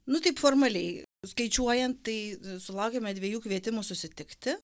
nu taip formaliai skaičiuojan tai sulaukėme dviejų kvietimų susitikti